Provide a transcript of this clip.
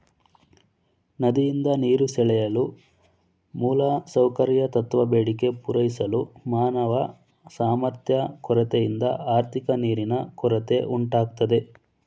ನದಿಯಿಂದ ನೀರು ಸೆಳೆಯಲು ಮೂಲಸೌಕರ್ಯ ಅತ್ವ ಬೇಡಿಕೆ ಪೂರೈಸಲು ಮಾನವ ಸಾಮರ್ಥ್ಯ ಕೊರತೆಯಿಂದ ಆರ್ಥಿಕ ನೀರಿನ ಕೊರತೆ ಉಂಟಾಗ್ತದೆ